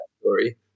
story